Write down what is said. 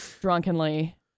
drunkenly